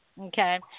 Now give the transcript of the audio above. Okay